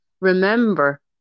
remember